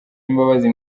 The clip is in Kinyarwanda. imbabazi